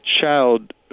child